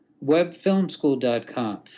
webfilmschool.com